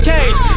Cage